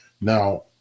Now